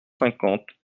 cinquante